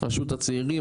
רשות הצעירים,